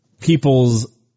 people's